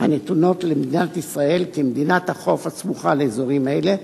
הנתונות למדינת ישראל כמדינת החוף הסמוכה לאזורים אלה,